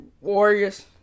Warriors